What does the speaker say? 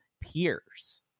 peers